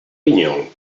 pinyol